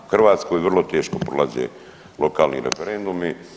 U Hrvatskoj vrlo teško prolaze lokalni referendumi.